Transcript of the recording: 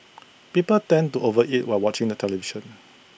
people tend to over eat while watching the television